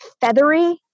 feathery